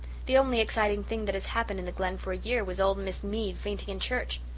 the only exciting thing that has happened in the glen for a year was old miss mead fainting in church.